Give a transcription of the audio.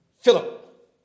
Philip